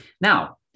Now